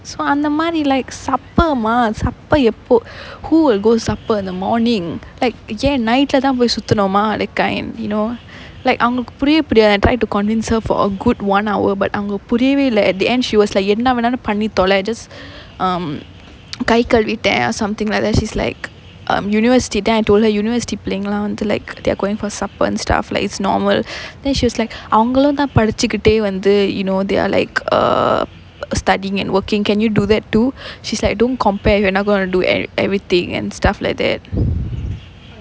so அந்த மாரி:antha maari like supper மா:maa supper எப்போ:eppo who will go supper in the morning like ஏன்:yaen night leh தான் போய் சுத்தணுமா:thaan poi suthanumaa like I am you know like அவங்களுக்கு புரியவே புரியாது:avangaluku puriyavae puriyaathu I try to convince her for a good one hour but அவங்க புரியவேயில்லை:avanga puriyavaeilla at the end she was like என்ன வேணாலும் பண்ணி தொல:enna venaalum panni thola just um கைக்களிவிட்டேன்:kaikalivittaen something like that she's like um university then I told her university பபிள்ளைங்கயெல்லாம் வந்து:pillaingaellaam vanthu like they're going for supper and stuff like it's normal then she was like அவங்களும் தான் படிச்சுகிட்டே வந்து:avangalum thaan padichukittae vanthu you know they are like err studying and working can you do that too she's like don't compare you're not going to do e~ everything and stuff like that